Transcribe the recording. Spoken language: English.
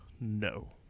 No